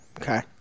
okay